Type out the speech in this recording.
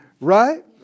Right